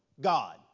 God